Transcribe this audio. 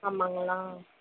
ஆமாம்ங்களா